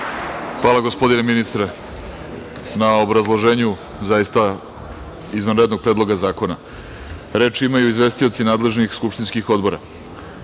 Hvala, gospodine ministre, na obrazloženju zaista izvanrednog predloga zakona. Reč imaju izvestioci nadležnih skupštinskih odbora. Reč